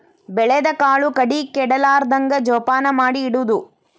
ಬೆಳದ ಕಾಳು ಕಡಿ ಕೆಡಲಾರ್ದಂಗ ಜೋಪಾನ ಮಾಡಿ ಇಡುದು